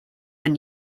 been